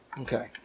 Okay